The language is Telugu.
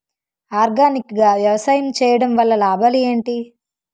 ఆర్గానిక్ గా వ్యవసాయం చేయడం వల్ల లాభాలు ఏంటి?